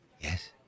Yes